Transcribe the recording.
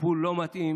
הטיפול לא מתאים,